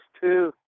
two